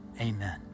Amen